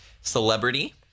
Celebrity